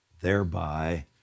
thereby